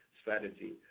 strategy